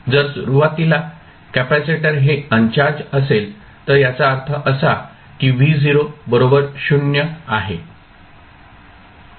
जर सुरुवातीला कॅपॅसिटर हे अन्चार्ज असेल तर याचा अर्थ असा की V0 0 आहे